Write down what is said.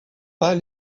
pas